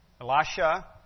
Elisha